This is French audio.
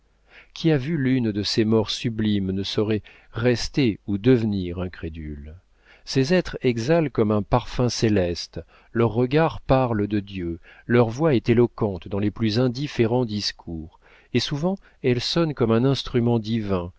qui a vu l'une de ces morts sublimes ne saurait rester ou devenir incrédule ces êtres exhalent comme un parfum céleste leurs regards parlent de dieu leur voix est éloquente dans les plus indifférents discours et souvent elle sonne comme un instrument divin